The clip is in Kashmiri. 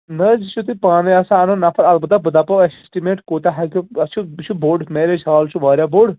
نہَ حظ یہِ چھُ تُہۍ پانے آسان اَنُن نفر اَلبتہٕ بہٕ دَپو اسٹِمیٹ کوٗتا ہٮ۪کو اَتھ چھُ یہِ چھُ بوٚڈ میریٚج ہال چھُ واریاہ بوٚڈ